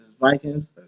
Vikings